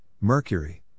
Mercury